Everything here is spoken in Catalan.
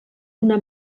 una